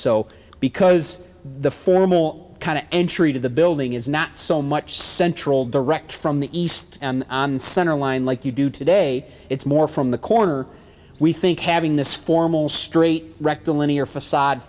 so because the formal kind of entry to the building is not so much central direct from the east and on centerline like you do today it's more from the corner we think having this formal straight rectilinear facade